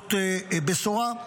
זאת בשורה,